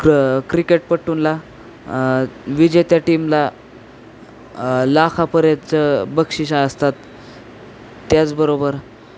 क्र क्रिकेटपट्टुनला विजेत्या टीमला लाखापर्यंतचं बक्षिसं असतात त्याचबरोबर